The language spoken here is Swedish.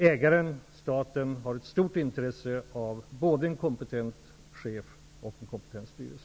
Ägaren staten har ett stort intresse av både en kompetent chef och en kompetent styrelse.